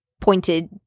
pointed